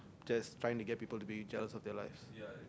just trying to get people to be jealous of their lives